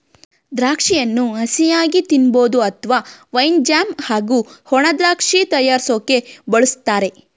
ದ್ರಾಕ್ಷಿಯನ್ನು ಹಸಿಯಾಗಿ ತಿನ್ಬೋದು ಅತ್ವ ವೈನ್ ಜ್ಯಾಮ್ ಹಾಗೂ ಒಣದ್ರಾಕ್ಷಿ ತಯಾರ್ರ್ಸೋಕೆ ಬಳುಸ್ತಾರೆ